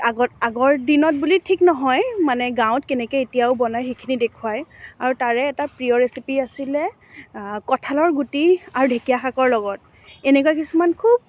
আগত আগৰ দিনত বুলি ঠিক নহয় মানে গাঁৱত কেনেকৈ এতিয়াও বনায় সেইখিনি দেখুৱায় আৰু তাৰে এটা প্ৰিয় ৰেচিপি আছিলে কঁঠালৰ গুটি আৰু ঢেকীয়া শাকৰ লগত এনেকুৱা কিছুমান খুব